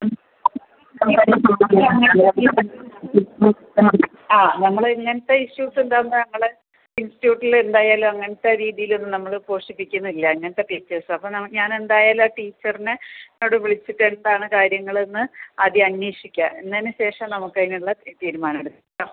ആ ഞങ്ങൾ ഇങ്ങനത്തെ ഇഷ്യൂസ് ഉണ്ടാവുന്ന ഞങ്ങൾ ഇൻസ്റ്റിട്യൂട്ടിൽ എന്തായാലും അങ്ങനത്തെ രീതിയിൽ ഒന്നും നമ്മൾ പോസ്റ്റ് ഇരിക്കുന്നില്ല അങ്ങനത്തെ ടീച്ചേഴ്സ് അപ്പം ഞാൻ എന്തായാലും ആ ടീച്ചറിനെ അങ്ങോട്ട് വിളിച്ചിട്ട് എന്താണ് കാര്യങ്ങളെന്ന് ആദ്യം അന്വേഷിക്കാം എന്നേന് ശേഷം നമുക്ക് അതിനുള്ള തീരുമാനം എടുക്കാട്ടോ